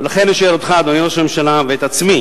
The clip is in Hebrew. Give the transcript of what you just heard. לכן אני שואל אותך, אדוני ראש הממשלה, ואת עצמי: